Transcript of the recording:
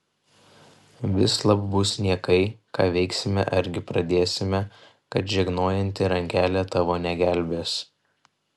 vislab bus niekai ką veiksime argi pradėsime kad žegnojanti rankelė tavo negelbės